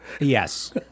Yes